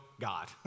God